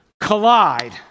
collide